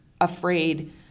afraid